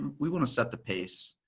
we want to set the pace.